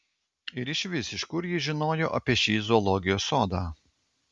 ir išvis iš kur ji žinojo apie šį zoologijos sodą